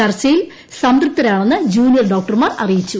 ചർച്ചയിൽ സംതൃപ്തരാണെന്ന് ജൂനിയർ ഡോക്ടർമാർ അറിയിച്ചു